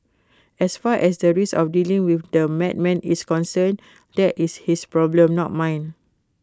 as far as the risk of dealing with A madman is concerned that is his problem not mine